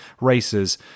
races